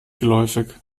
geläufig